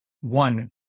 one